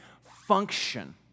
function